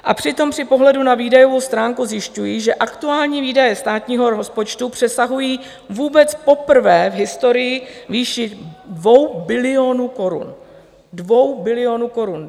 A přitom při pohledu na výdajovou stránku zjišťuji, že aktuální výdaje státního rozpočtu přesahují vůbec poprvé v historii výši 2 bilionů korun 2 bilionů korun.